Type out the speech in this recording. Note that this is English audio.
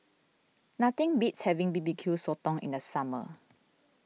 nothing beats having B B Q Sotong in the summer